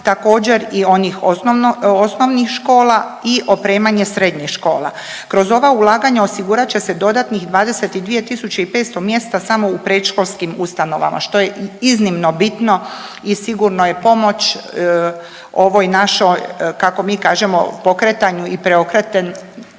također i onih osnovno, osnovnih škola i opremanje srednjih škola. Kroz ova ulaganja osigurat će se dodatnih 22 tisuće i 500 mjesta samo u predškolskim ustanovama, što je i iznimno bitno i sigurno je pomoć ovoj našoj kako mi kažemo pokretanju